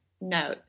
note